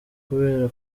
kubera